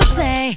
say